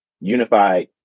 unified